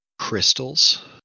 crystals